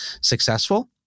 successful